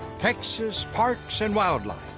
texas parks and wildlife,